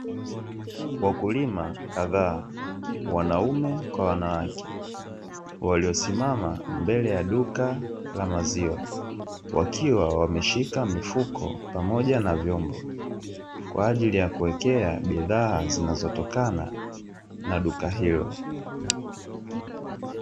Wakulima kadhaa (wanaume kwa wanawake) waliosimama mbele ya duka la maziwa, wakiwa wameshika mifuko pamoja na vyombo kwa ajili ya kuwekea bidhaa zinazotokana na duka hilo.